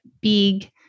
big